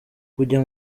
kujya